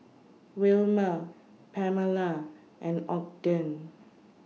Wilmer Pamala and Ogden